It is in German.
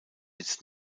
jetzt